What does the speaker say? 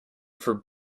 for